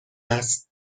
است